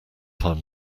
find